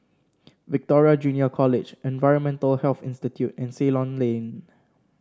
Victoria Junior College Environmental Health Institute and Ceylon Lane